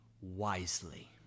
wisely